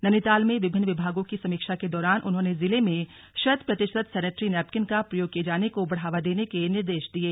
नैनीताल में विभिन्न विभागों की समीक्षा के दौरान उन्होंने जिले में शत प्रतिशत सैनेट्री नैपकिन का प्रयोग किए जाने को बढ़ावा देने के निर्देश दिये